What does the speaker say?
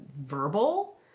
verbal